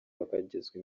bakagezwa